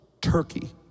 Turkey